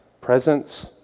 presence